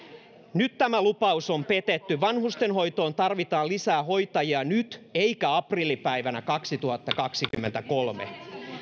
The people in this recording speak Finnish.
nyt tämä lupaus on petetty vanhustenhoitoon tarvitaan lisää hoitajia nyt eikä aprillipäivänä vuonna kaksituhattakaksikymmentäkolme